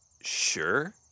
sure